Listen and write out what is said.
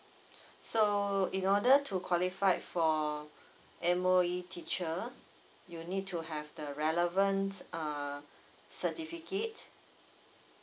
so in order to qualify for it M_O_E teacher you need to have the relevant uh certificate